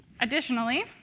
Additionally